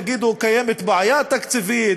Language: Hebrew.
יגידו: קיימת בעיה תקציבית,